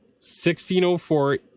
1604